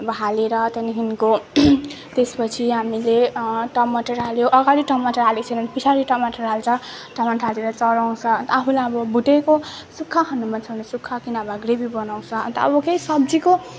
अब हालेर त्याँदेखिको त्यसपछि हामीले टमाटर हाल्यो अगाडि टमाटर हालेको छैन भने पछाडि टमाटर हाल्छ टमाटर हालेर चलाउँछ आफूलाई अब भुटेको सुख्खा खानु मन छ भने सुख्खा कि नभा ग्रेबी बनाउँछ अन्त अब केही सब्जीको